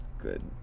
good